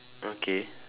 okay